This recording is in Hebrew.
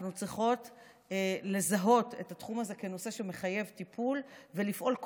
אנחנו צריכות לזהות את התחום הזה כנושא שמחייב טיפול ולפעול,